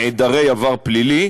חסרי עבר פלילי,